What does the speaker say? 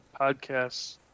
podcasts